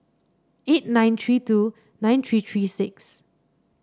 eight nine three two nine three three six